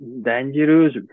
dangerous